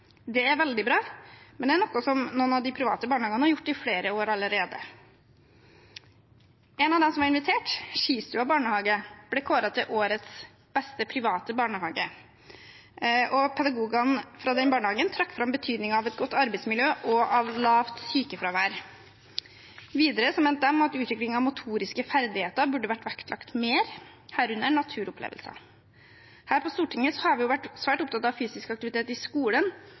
Det er veldig bra, men det er noe som noen av de private barnehagene har gjort i flere år allerede. En av dem som var invitert, Skistua barnehage, ble kåret til årets beste private barnehage. Pedagogene fra den barnehagen trakk fram betydningen av et godt arbeidsmiljø og lavt sykefravær. Videre mente de at utvikling av motoriske ferdigheter burde vært vektlagt mer, herunder naturopplevelser. Her på Stortinget har vi vært svært opptatt av fysisk aktivitet i skolen,